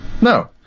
No